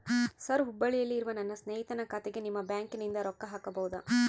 Sir ಹುಬ್ಬಳ್ಳಿಯಲ್ಲಿ ಇರುವ ನನ್ನ ಸ್ನೇಹಿತನ ಖಾತೆಗೆ ನಿಮ್ಮ ಬ್ಯಾಂಕಿನಿಂದ ರೊಕ್ಕ ಹಾಕಬಹುದಾ?